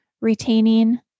retaining